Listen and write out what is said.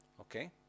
Okay